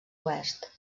oest